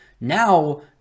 now